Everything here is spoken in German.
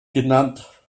genannt